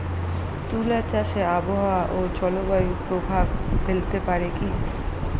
তুলা চাষে আবহাওয়া ও জলবায়ু প্রভাব ফেলতে পারে কি?